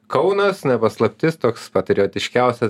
kaunas ne paslaptis toks patriotiškiausia